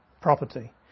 property